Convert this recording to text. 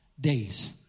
days